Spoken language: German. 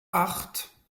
acht